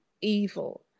evil